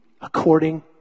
according